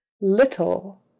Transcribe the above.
Little